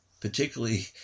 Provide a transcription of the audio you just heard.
particularly